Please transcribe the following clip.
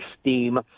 steam